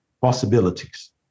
possibilities